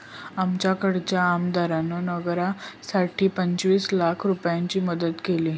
आमच्याकडच्या आमदारान नगरासाठी पंचवीस लाख रूपयाची मदत केली